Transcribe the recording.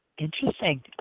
Interesting